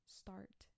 start